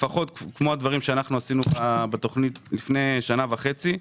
לפחות כמו הדברים שאנחנו עשינו בתכנית לפני שנה וחצי.